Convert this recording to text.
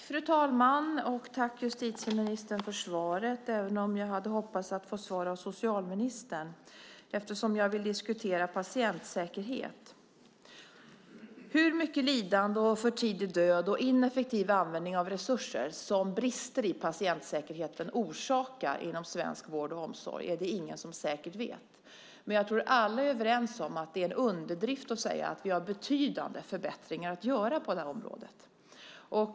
Fru talman! Jag tackar justitieministern för svaret, även om jag hade hoppats att få svar av socialministern eftersom jag vill diskutera patientsäkerhet. Hur mycket lidande, för tidig död och ineffektiv användning av resurser som brister i patientsäkerheten orsakar inom svensk vård och omsorg är det ingen som säkert vet. Men jag tror att alla är överens om att det är en underdrift att säga att vi har betydande förbättringar att göra på det området.